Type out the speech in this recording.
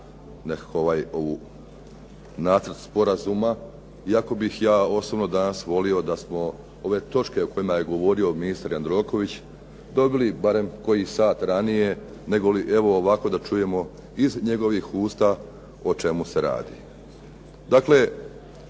iznijeli su nacrt sporazuma. Iako bih ja osobno danas volio da smo ove točke o kojima je govorio ministar Jandroković dobili barem koji sat ranije, nego ovako da čujemo iz njegovih usta o čemu se radi. Dakle,